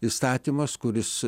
įstatymas kuris